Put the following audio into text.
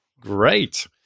Great